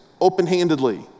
open-handedly